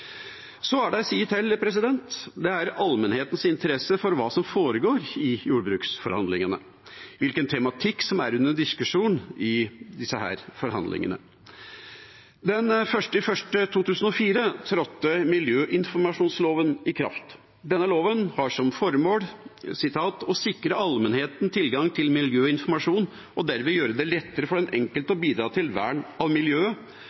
Så er det en side til, og det er allmennhetens interesse for hva som foregår i jordbruksforhandlingene, og hvilken tematikk som er under diskusjon i disse forhandlingene. Den 1. januar 2004 trådte miljøinformasjonsloven i kraft. Denne loven har som formål «å sikre allmennheten tilgang til miljøinformasjon og derved gjøre det lettere for den enkelte å bidra til vern av